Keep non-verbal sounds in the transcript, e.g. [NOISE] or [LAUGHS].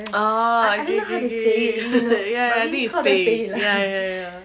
[NOISE] orh ookay ookay ookay [LAUGHS] ya ya these பேய்:pey ya ya ya ya